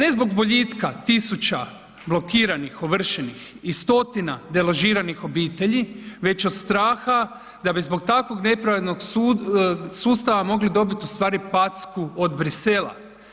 Ne zbog boljitka tisuća blokiranih ovršenih i stotina deložiranih obitelji, već od straha da bi zbog takvog nepravednog sustava mogli dobit ustvari packu od Bruxellesa.